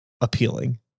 appealing